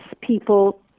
people